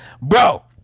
Bro